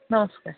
ନମସ୍କାର